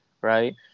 Right